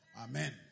Amen